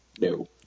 No